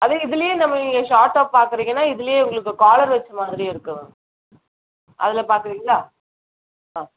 அது இதுலேயே நம்ம நீங்கள் ஷார்ட்டாக பார்க்குறீங்கன்னா இதுலேயே உங்களுக்கு காலர் வச்சு வரமாதிரியும் இருக்குது மேம் அதில் பார் க்குறீங்களா ஆ